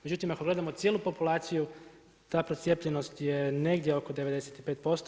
Međutim, ako gledamo cijelu populaciju ta procijepljenost je negdje oko 95%